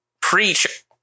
preach